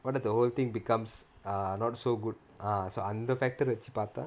what if the whole thing becomes err not so good ah so அந்த:antha factor வச்சு பாத்தா:vachu paatha